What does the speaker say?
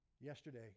Yesterday